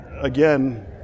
again